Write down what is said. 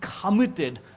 committed